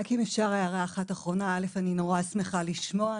אני מאוד שמחה לשמוע.